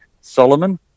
solomon